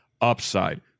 upside